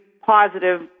positive